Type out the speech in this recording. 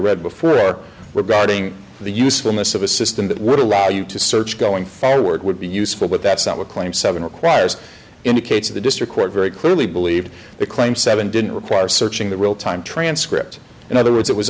read before regarding the usefulness of a system that would allow you to search going forward would be useful but that's not what claim seven requires indicates the district court very clearly believes that claim seven didn't require searching the realtime transcript in other words it was